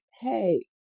Hey